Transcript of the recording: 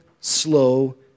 slow